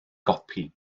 gopi